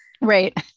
right